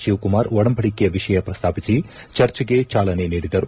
ಶಿವಕುಮಾರ್ ಒಡಂಬಡಿಕೆಯ ವಿಷಯ ವ್ರಸ್ತಾಪಿಸಿ ಚರ್ಚೆಗೆ ಚಾಲನೆ ನೀಡಿದರು